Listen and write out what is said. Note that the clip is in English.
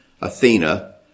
Athena